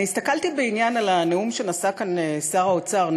אני הסתכלתי בעניין על הנאום שנשא כאן שר האוצר,